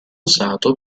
usato